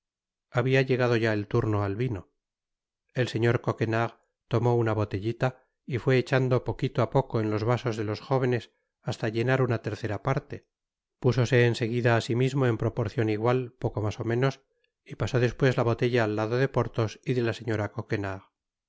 habia llegado ya el turno al vino el señor coquenard tomó una botellita y fué chando poquito á poco en los vasos de los jóvenes hasta llenar una tercera parte púsose en seguida á si mismo en proporcion igual poco mas ó menos y pasó despues la botella al lado de porthos y de la señora coquenard